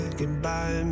goodbye